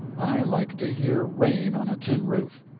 i like to hear rain on a tin roof.